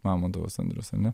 mamontovas andrius ane